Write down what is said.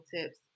tips